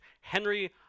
Henry